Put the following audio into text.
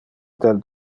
del